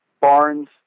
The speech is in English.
Barnes